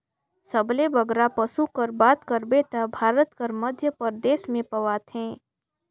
सबले बगरा पसु कर बात करबे ता भारत कर मध्यपरदेस में पवाथें